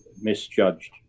misjudged